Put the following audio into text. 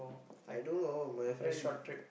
I don't know my friend